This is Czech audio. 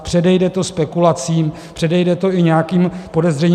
Předejde to spekulacím, předejde to i nějakým podezřením.